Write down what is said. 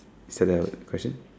is that the question